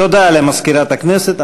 תודה למזכירת הכנסת.